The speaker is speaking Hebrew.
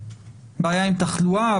בעיה עם תחלואה,